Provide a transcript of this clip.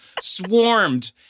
swarmed